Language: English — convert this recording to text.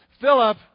Philip